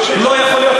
לא יכול להיות.